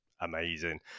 amazing